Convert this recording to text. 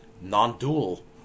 non-dual